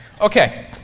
Okay